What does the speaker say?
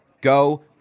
go